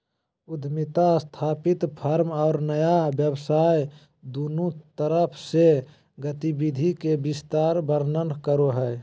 उद्यमिता स्थापित फर्म और नया व्यवसाय दुन्नु तरफ से गतिविधि के विस्तार वर्णन करो हइ